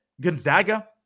Gonzaga